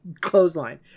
clothesline